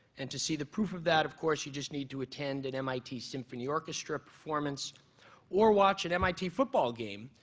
and to see the proof of that of course you just need to attend an mit symphony orchestra performance or watch an mit football game.